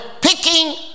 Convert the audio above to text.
picking